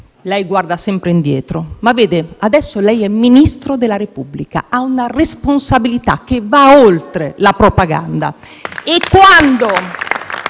lei guarda sempre indietro, ma vede, adesso lei è Ministro della Repubblica, ha una responsabilità che va oltre la propaganda. *(Applausi